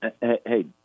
Hey